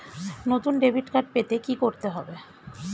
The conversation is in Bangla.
নতুন ডেবিট কার্ড পেতে কী করতে হবে?